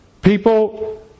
People